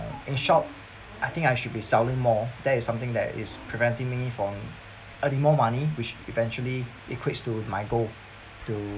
in short I think I should be selling more that is something that is preventing me from earning more money which eventually equates to my goal to